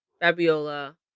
Fabiola